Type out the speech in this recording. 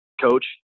coach